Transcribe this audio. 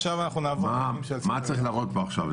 מה צריך להראות פה עכשיו?